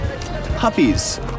puppies